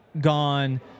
gone